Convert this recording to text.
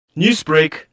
Newsbreak